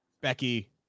becky